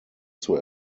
zur